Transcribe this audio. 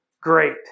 great